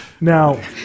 Now